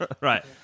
Right